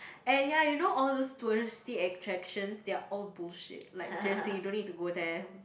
and ya you know all those touristy attraction they are all bullshit like seriously you don't need to go there